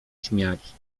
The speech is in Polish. śmiać